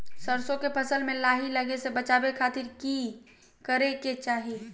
सरसों के फसल में लाही लगे से बचावे खातिर की करे के चाही?